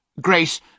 Grace